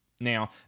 Now